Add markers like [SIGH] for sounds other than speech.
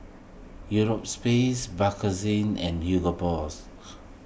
Euro space Bakerzin and Hugo Boss [NOISE]